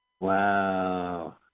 Wow